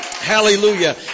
Hallelujah